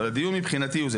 אבל הדיון מבחינתי הוא זה.